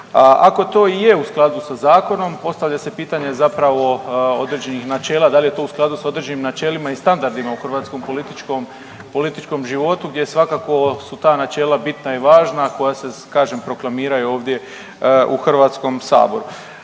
Ako to i je u skladu sa zakonom postavlja se pitanje zapravo određenih načela, da li je to u skladu s određenim načelima i standardima u hrvatskom političkom, političkom životu gdje svakako su ta načela bitna i važna, koja se kažem proklamiraju ovdje u HS. Tako da